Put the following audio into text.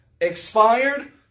expired